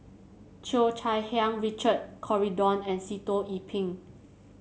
Cheo Chai Hiang Richard Corridon and Sitoh Yih Pin